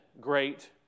great